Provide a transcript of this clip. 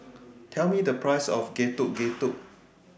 Tell Me The Price of Getuk Getuk